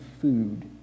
food